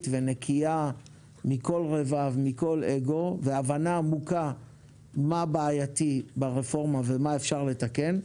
ונקייה מכל רבב ומכל אגו והבנה עמוקה מה בעייתי ברפורמה ומה אפשר לתקן.